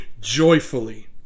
joyfully